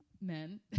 Men